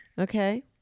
Okay